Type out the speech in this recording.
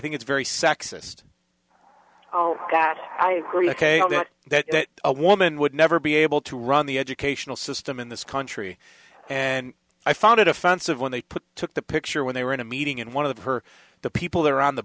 think it's very sexist that i agree that a woman would never be able to run the educational system in this country and i found it offensive when they put took the picture when they were in a meeting and one of her the people there on the